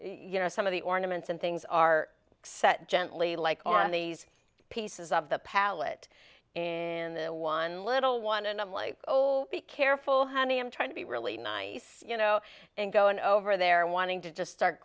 you know some of the ornaments and things are set gently like on these pieces of the palette in the one little one and i'm like oh be careful honey i'm trying to be really nice you know and going over there wanting to just start